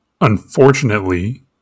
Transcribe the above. unfortunately